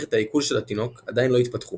מערכת העיכול של התינוק עדיין לא התפתחו;